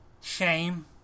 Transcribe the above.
shame